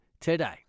today